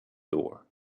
door